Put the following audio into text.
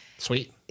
Sweet